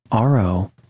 ro